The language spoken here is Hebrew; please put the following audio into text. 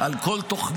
על כל תוכנם?